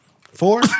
Four